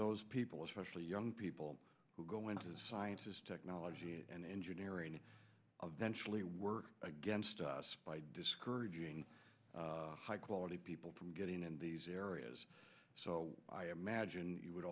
those people especially young people who go into science is technology and engineering of then surely work against us by discouraging high quality people from getting in these areas so i imagine you would